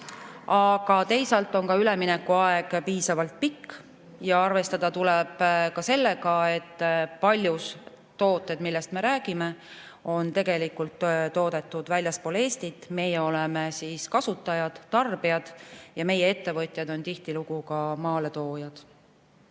Teisalt on üleminekuaeg piisavalt pikk ja arvestada tuleb sellega, et paljud tooted, millest me räägime, on tegelikult toodetud väljaspool Eestit. Meie oleme kasutajad, tarbijad ja meie ettevõtjad on tihtilugu ka maaletoojad.